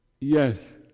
Yes